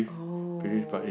oh